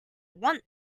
want